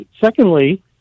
Secondly